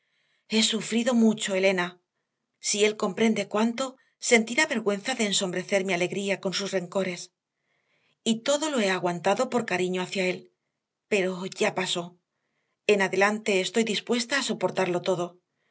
he sufrido mucho elena si él comprende cuánto sentirá vergüenza de ensombrecer mi alegría con sus rencores y todo lo he aguantado por cariño hacia él pero ya pasó en adelante estoy dispuesta a soportarlo todo